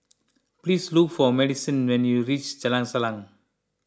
please look for Madisyn when you reach Jalan Salang